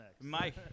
mike